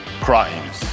crimes